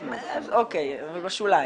אוקיי, אבל בשוליים.